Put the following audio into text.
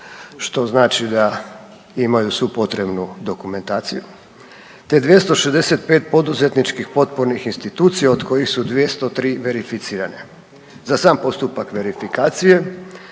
što znači da imaju svu potrebnu dokumentaciju te 265 poduzetničkih potpornih institucija od kojih su 203 verificirane. Za sam postupak verifikacije